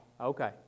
Okay